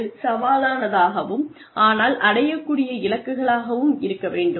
அது சவாலானதாகவும் ஆனால் அடையக்கூடிய இலக்குகளாகவும் இருக்க வேண்டும்